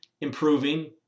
improving